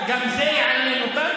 גם זה יעניין אותה,